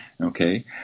okay